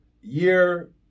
year